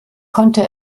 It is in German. konnte